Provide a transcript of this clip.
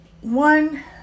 one